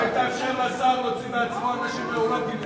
אולי תאפשר לשר להוציא בעצמו, אין לי